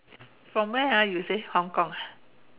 from where are you say Hong-Kong